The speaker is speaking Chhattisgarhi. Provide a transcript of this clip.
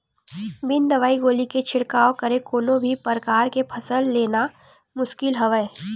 बिन दवई गोली के छिड़काव करे कोनो भी परकार के फसल लेना मुसकिल हवय